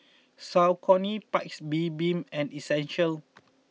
Saucony Paik's Bibim and Essential